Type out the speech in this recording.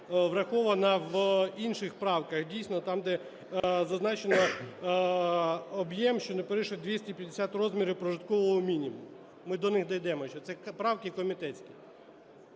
врахована в інших правках: дійсно там, де зазначено об'єм, що не перевищує 250 розмірів прожиткового мінімуму. Ми до них дійдемо ще, це правки комітетські.